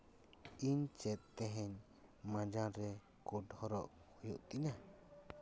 ᱤᱧ ᱪᱮᱫ ᱛᱮᱦᱮᱧ ᱢᱟᱸᱡᱟᱱ ᱨᱮ ᱠᱳᱰ ᱦᱚᱨᱚᱜ ᱦᱩᱭᱩᱜ ᱛᱤᱧᱟ